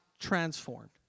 transformed